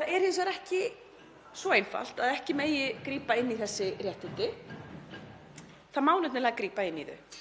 Það er hins vegar ekki svo einfalt að ekki megi grípa inn í þessi réttindi. Það má nefnilega að grípa inn í þau.